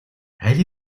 аль